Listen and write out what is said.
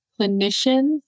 clinicians